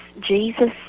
Jesus